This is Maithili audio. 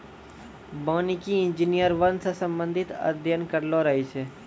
वानिकी इंजीनियर वन से संबंधित अध्ययन करलो रहै छै